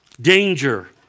danger